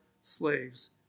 slaves